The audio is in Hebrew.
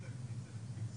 אז איך אפשר לאכוף את זה?